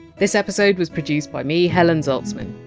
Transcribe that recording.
this episode was produced by me, helen zaltzman.